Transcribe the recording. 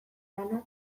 lana